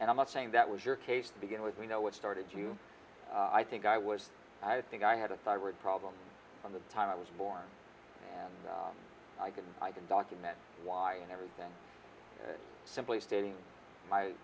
and i'm not saying that was your case to begin with we know what started you i think i was i think i had a thyroid problem on the time i was born and i can i can document why and everything simply stating my